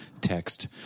text